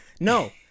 No